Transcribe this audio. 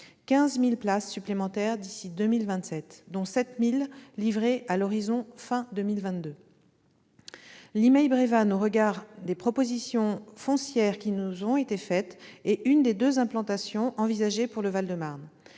15 000 places supplémentaires d'ici à 2027, dont 7 000 livrées à l'horizon de la fin de 2022. Limeil-Brévannes, au regard des propositions foncières qui nous ont été faites, est l'une des deux implantations envisagées pour le Val-de-Marne.